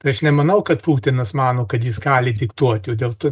tai aš nemanau kad putinas mano kad jis gali diktuoti dėl tų